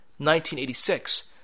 1986